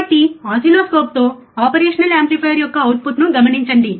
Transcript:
కాబట్టి ఓసిల్లోస్కోప్తో operational amplifier యొక్క అవుట్పుట్ను గమనించండి